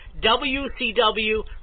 WCW